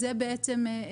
זה בעצם משקף,